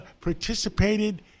participated